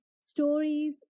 stories